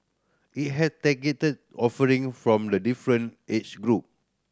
it has targeted offering from the different age group